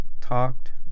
talked